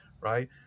Right